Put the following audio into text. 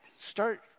Start